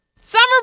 Summer